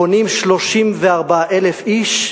פונים 34,000 איש,